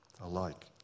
alike